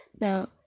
Now